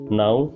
now